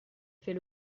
fait